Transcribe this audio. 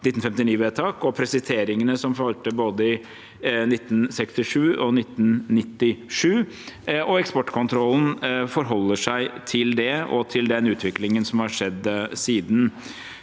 og presiseringene som kom i 1967 og i 1997, og eksportkontrollen forholder seg til det og til den utviklingen som har skjedd siden.